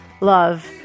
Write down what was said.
love